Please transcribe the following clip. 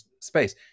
space